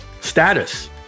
status